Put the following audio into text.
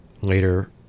later